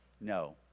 No